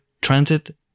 transit